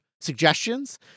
suggestions